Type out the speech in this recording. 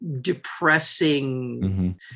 depressing